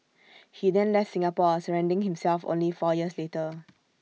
he then left Singapore surrendering himself only four years later